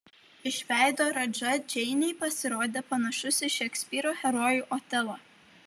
iš veido radža džeinei pasirodė panašus į šekspyro herojų otelą